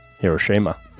Hiroshima